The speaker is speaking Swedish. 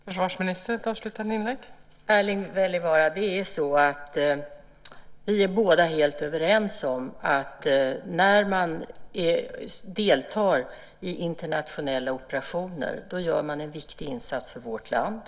Fru talman! Erling Wälivaara, vi är båda helt överens om att man när man deltar i internationella operationer gör en viktig insats för vårt land.